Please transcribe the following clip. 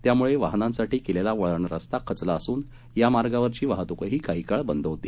त्यामुळे वाहनांसाठी केलेला वळण रस्ता खचला असून यामार्गावरील वाहतूकही काही काळ बंद होती